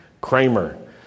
Kramer